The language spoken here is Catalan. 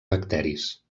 bacteris